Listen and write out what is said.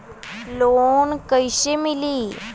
Loan कइसे मिलि?